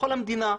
לכל המדינה.